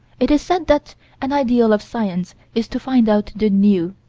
it is said that an ideal of science is to find out the new